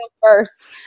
first